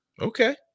Okay